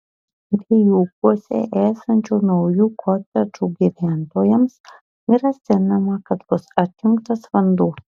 vijūkuose esančių naujų kotedžų gyventojams grasinama kad bus atjungtas vanduo